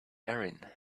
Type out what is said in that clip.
erin